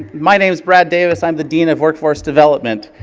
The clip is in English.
my name's brad davis, i'm the dean of workforce development,